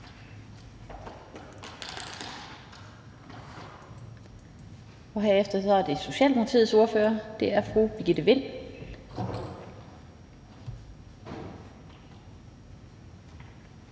Og herefter er det Socialdemokratiets ordfører, fru Birgitte Vind.